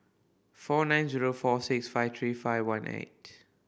four nine zero four six five three five one eight